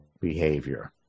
behavior